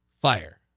Fire